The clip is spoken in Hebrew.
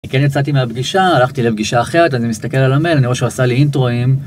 כן יצאתי מהפגישה, הלכתי לפגישה אחרת, אז אני מסתכל על המייל, אני רואה שהוא עשה לי אינטרואים.